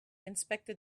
inspected